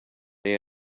they